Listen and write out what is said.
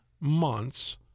months